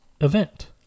event